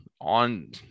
on